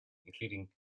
including